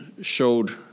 showed